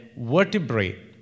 vertebrae